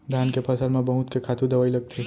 धान के फसल म बहुत के खातू दवई लगथे